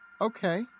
Okay